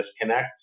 disconnect